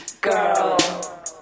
Girl